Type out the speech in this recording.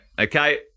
Okay